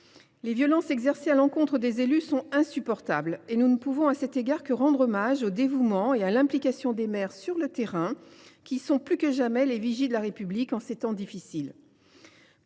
Les violences exercées à l’encontre des élus sont insupportables et nous ne pouvons, à cet égard, que rendre hommage au dévouement et à l’implication des maires qui, sur le terrain, sont plus que jamais les vigies de la République en ces temps difficiles.